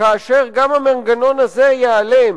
כאשר גם המנגנון הזה ייעלם,